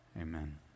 Amen